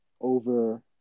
over